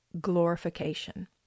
glorification